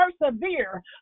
persevere